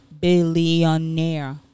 billionaire